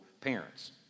parents